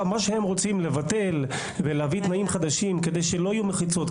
מה שהם רוצים לבטל ולהביא תנאים חדשים כדי שלא יהיו מחיצות,